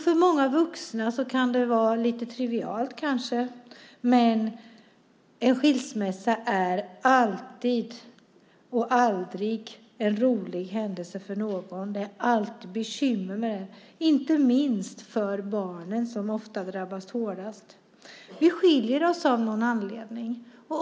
För många vuxna kan det vara lite trivialt kanske, men en skilsmässa är aldrig en rolig händelse för någon. Det är alltid bekymmer med det, inte minst för barnen som oftast drabbas hårdast. Vi skiljer oss av någon anledning.